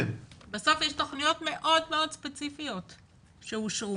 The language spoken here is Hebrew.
בסוף יש תכניות מאוד מאוד ספציפיות שאושרו.